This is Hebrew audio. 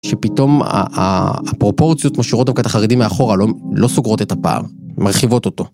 שפתאום הפרופורציות משאירות דווקא את החרדים מאחורה לא סוגרות את הפער, מרחיבות אותו.